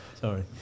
Sorry